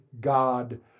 God